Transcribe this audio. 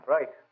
Right